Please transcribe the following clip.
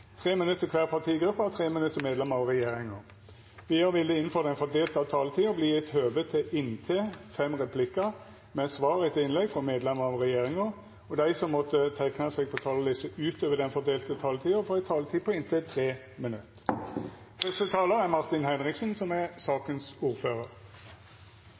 minutt til kvar partigruppe og 3 minutt til medlemmer av regjeringa. Vidare vil det – innanfor den fordelte taletida – verta gjeve høve til inntil fem replikkar med svar etter innlegg frå medlemmer av regjeringa, og dei som måtte teikna seg på talarlista utover den fordelte taletida, får ei taletid på inntil 3 minutt.